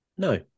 No